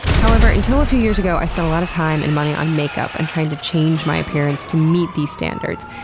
however, until a few years ago i spent a lot of time and money on makeup and trying to change my appearance to meet these standards.